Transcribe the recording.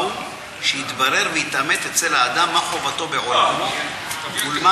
הוא שיתברר ויתאמת אצל האדם מה חובתו בעולמו ולמה